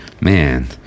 Man